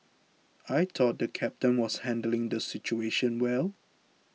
I thought the captain was handling the situation well